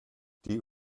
die